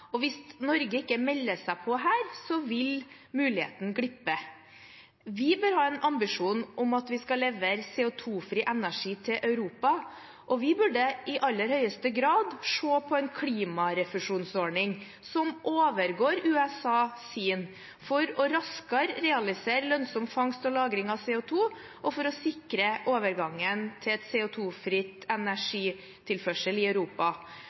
Hvis ikke Norge melder seg på her, vil muligheten glippe. Vi bør ha en ambisjon om at vi skal levere CO2-fri energi til Europa, og vi burde i aller høyeste grad se på en klimarefusjonsordning som overgår USA sin, for raskere å realisere lønnsom fangst og lagring av CO2, og for å sikre overgangen til CO2-fri energitilførsel i Europa.